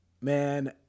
man